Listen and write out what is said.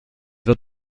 wird